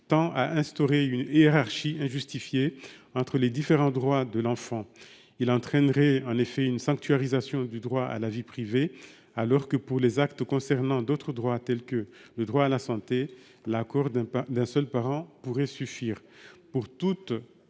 tend à instaurer une hiérarchie injustifiée entre les différents droits de l'enfant. Il entraînerait en effet une sanctuarisation du droit à la vie privée, alors que, pour les actes concernant d'autres droits, tels que le droit à la santé, l'accord d'un seul parent pourrait suffire.